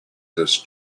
this